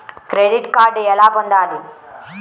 Credit card ఎలా పొందాలి?